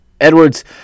Edwards